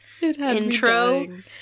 intro